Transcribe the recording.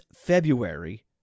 February